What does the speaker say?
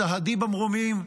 סהדי במרומים,